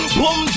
Boom